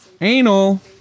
anal